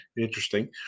interesting